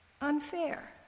unfair